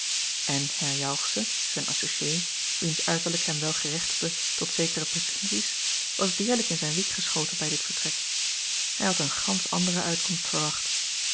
en herr jauchze zijn associé wiens uiterlijk hem wel gerechtigde tot zekere pretensies was deerlijk in zijn wiek geschoten bij dit vertrek hij had eene gansch andere uitkomst verwacht